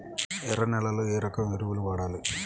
ఎర్ర నేలలో ఏ రకం ఎరువులు వాడాలి?